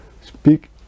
speak